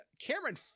Cameron